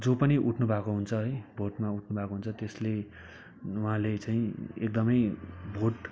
जो पनि उठ्नुभएको हुन्छ है भोटमा उठ्नुभएको हुन्छ त्यसले उहाँले चाहिँ एकदमै भोट